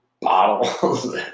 bottles